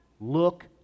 look